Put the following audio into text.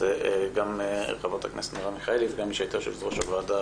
נמצאות גם חברת הכנסת מרב מיכאלי וגם מי שהייתה יושבת-ראש הוועדה,